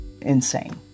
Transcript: insane